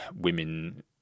women